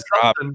drop